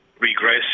regress